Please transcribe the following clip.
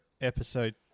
episode